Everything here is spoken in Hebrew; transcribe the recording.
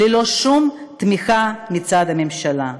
ללא שום תמיכה מצד הממשלה.